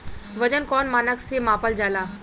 वजन कौन मानक से मापल जाला?